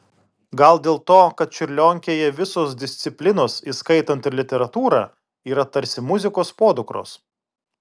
gal dėl to kad čiurlionkėje visos disciplinos įskaitant ir literatūrą yra tarsi muzikos podukros